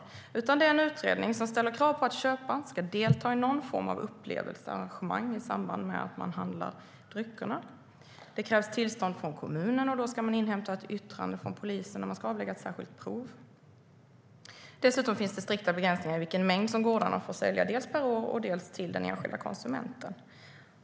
Utredningen ställer krav på att köparen ska delta i någon form av upplevelsearrangemang i samband med inköp av drycker. Det krävs tillstånd från kommunen. Man ska inhämta ett yttrande från polisen och avlägga ett särskilt prov. Dessutom finns det strikta begränsningar av vilken mängd gårdarna får sälja - dels per år, dels till den enskilda konsumenten.